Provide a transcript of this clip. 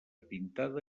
pintada